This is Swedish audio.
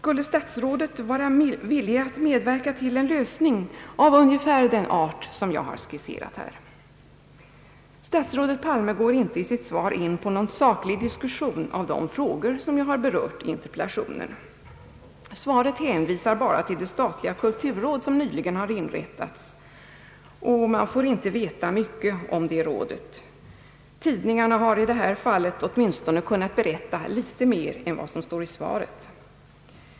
Är statsrådet villig att medverka till en lösning av ungefär den art som jag har skisserat här? Statsrådet Palme går i sitt svar inte in på saklig diskussion av de frågor som jag berört i interpellationen. Svaret hänvisar bara till det statliga kulturråd som nyligen inrättats, och det är verkligen inte mycket man får veta om detta råd. Tidningarna har i detta fall åtminstone kunnat berätta litet mer än vad som står i svaret.